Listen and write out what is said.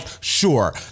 sure